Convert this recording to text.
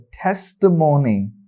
testimony